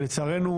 לצערנו,